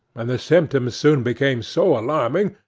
and the symptoms soon became so alarming,